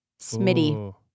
Smitty